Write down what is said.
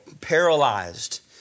paralyzed